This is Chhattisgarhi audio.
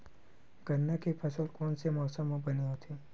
गन्ना के फसल कोन से मौसम म बने होथे?